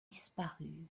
disparues